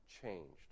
changed